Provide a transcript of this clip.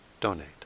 donate